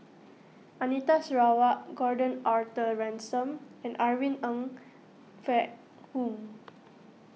Anita Sarawak Gordon Arthur Ransome and Irene Ng Phek Hoong